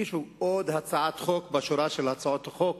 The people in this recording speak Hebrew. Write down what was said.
הגישו עוד הצעת חוק בשורה של הצעות חוק